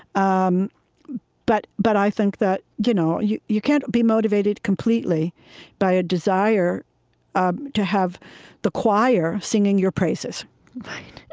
um but but i think that you know you you can't be motivated completely by a desire um to have the choir singing your praises and